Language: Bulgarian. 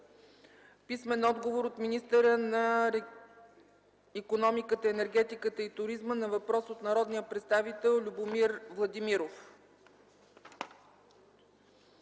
Ваньо Шарков; - министъра на икономиката, енергетиката и туризма на въпрос от народния представител Любомир Владимиров.